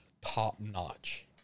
top-notch